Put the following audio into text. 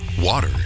Water